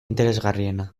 interesgarriena